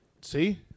See